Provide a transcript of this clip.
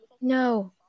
No